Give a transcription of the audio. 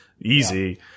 Easy